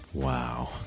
wow